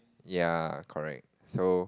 ya correct so